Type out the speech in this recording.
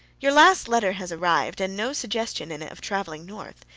your last letter has arrived, and no suggestion in it of traveling north.